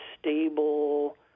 stable